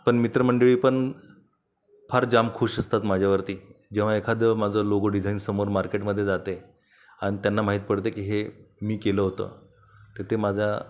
पण मित्रमंडळी पण फार जाम खूश असतात माझ्यावरती जेव्हा एखादं माझं लोगो डिझाईन समोर मार्केटमध्ये जात आहे अन् त्यांना माहीत पडते की हे मी केलं होतं तर ते माझ्या